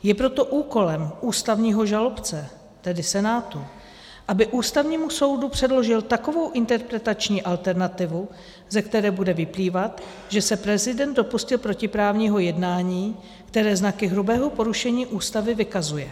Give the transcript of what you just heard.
Je proto úkolem ústavního žalobce, tedy Senátu, aby Ústavnímu soudu předložil takovou interpretační alternativu, ze které bude vyplývat, že se prezident dopustil protiprávního jednání, které znaky hrubého porušení Ústavy vykazuje.